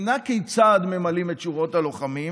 אינה כיצד ממלאים את שורות הלוחמים